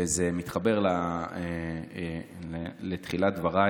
וזה מתחבר לתחילת דבריי,